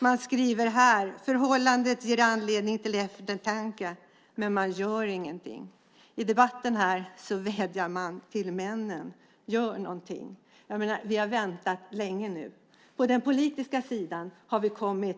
Man skriver här att förhållandet ger anledning till eftertanke, men man gör ingenting. I debatten vädjar man till männen: Gör någonting! Vi har väntat länge nu. Vi har kommit